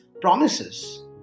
promises